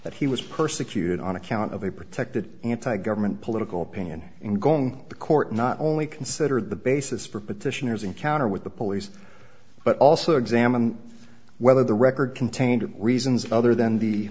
that he was persecuted on account of a protected anti government political opinion in going the court not only consider the basis for petitioners encounter with the police but also examine whether the record contained reasons other than the